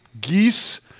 geese